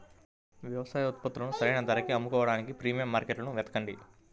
వ్యవసాయ ఉత్పత్తులను సరైన ధరకి అమ్ముకోడానికి ప్రీమియం మార్కెట్లను వెతకండి